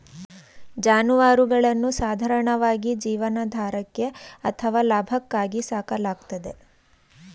ಜಾನುವಾರುಗಳನ್ನು ಸಾಧಾರಣವಾಗಿ ಜೀವನಾಧಾರಕ್ಕೆ ಅಥವಾ ಲಾಭಕ್ಕಾಗಿ ಸಾಕಲಾಗ್ತದೆ